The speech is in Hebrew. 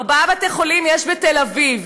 ארבעה בתי-חולים יש בתל אביב,